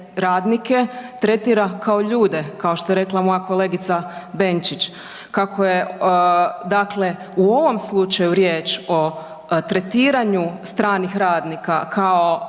radnike tretira kao ljude, kao što je rekla moja kolegica Benčić. Kako je, dakle u ovom slučaju riječ o tretiranju stranih radnika kao